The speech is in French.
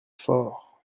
fort